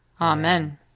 Amen